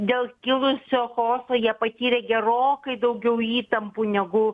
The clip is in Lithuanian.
dėl kilusio chaoso jie patyrė gerokai daugiau įtampų negu